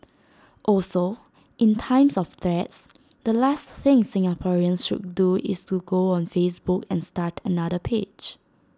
also in times of threats the last thing Singaporeans should do is to go on Facebook and start another page